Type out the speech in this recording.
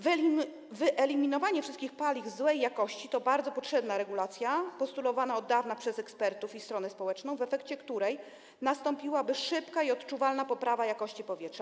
Wyeliminowanie wszystkich paliw złej jakości to bardzo potrzebna regulacja, postulowana od dawna przez ekspertów i stronę społeczną, w efekcie której nastąpiłaby szybka i odczuwalna poprawa jakości powietrza.